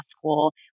school